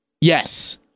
Yes